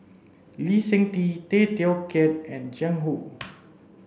Lee Seng Tee Tay Teow Kiat and Jiang Hu